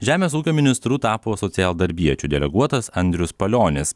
žemės ūkio ministru tapo socialdarbiečių deleguotas andrius palionis